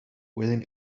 pueden